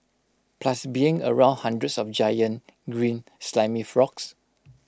plus being around hundreds of giant green slimy frogs